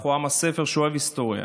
אנחנו עם הספר שאוהב היסטוריה.